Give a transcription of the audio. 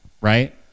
right